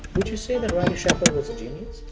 would you say that riley shepard was a genius?